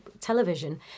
television